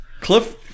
Cliff